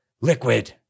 Liquid